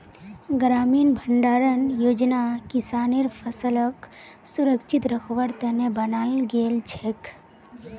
ग्रामीण भंडारण योजना किसानेर फसलक सुरक्षित रखवार त न बनाल गेल छेक